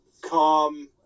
come